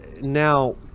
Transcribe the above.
Now